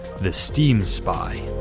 the steam spy.